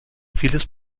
vieles